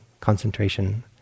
concentration